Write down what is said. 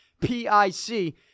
P-I-C